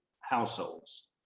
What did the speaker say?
households